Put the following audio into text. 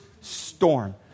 storm